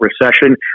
recession